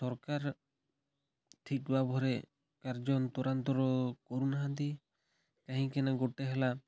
ସରକାର ଠିକ୍ ଭାବରେ କାର୍ଯ୍ୟ ତୁରାନ୍ତର କରୁନାହାନ୍ତି କାହିଁକି ନା ଗୋଟେ ହେଲା